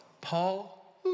Paul